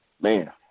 man